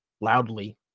loudly